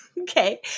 Okay